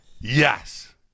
yes